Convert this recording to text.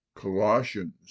Colossians